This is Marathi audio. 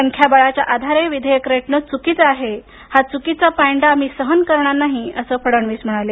संख्याबळाच्या आधारे विधेयक रेटणे च्कीचं आहे हा च्कीचा पायंडा आम्ही सहन करणार नाही असं देवेंद्र फडणवीस म्हणाले